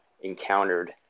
encountered